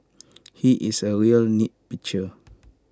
he is A real nitpicker